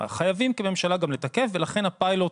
חייבים כממשלה גם לתקף ולכן הפיילוט